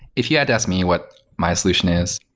if you had to ask me what my solution is,